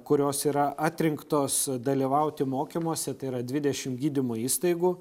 kurios yra atrinktos dalyvauti mokymuose tai yra dvidešim gydymo įstaigų